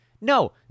no